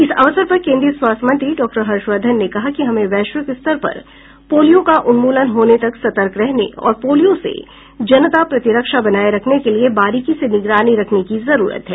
इस अवसर पर केन्द्रीय स्वास्थ्य मंत्री डॉक्टर हर्षवर्धन ने कहा कि हमें वैश्विक स्तर पर पोलियो का उन्मूलन होने तक सतर्क रहने और पोलियो से जनता प्रतिरक्षा बनाये रखने के लिए बारीकी से निगरानी रखने की जरूरत है